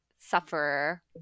sufferer